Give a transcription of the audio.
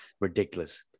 ridiculous